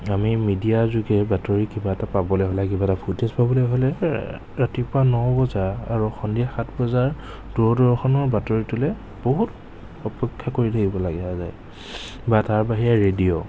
আমি মিডিয়াৰ যোগেৰে বাতৰি কিবা এটা পাবলৈ হ'লে কিবা এটা ফুটেজ পাবলৈ হ'লে ৰাতিপুৱা ন বজা আৰু সন্ধিয়া সাত বজাত দূৰদৰ্শনৰ বাতৰিটোলৈ বহুত অপেক্ষা কৰি থাকিব লগা হৈ যায় বা তাৰ বাহিৰে ৰেডিঅ'